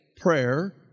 prayer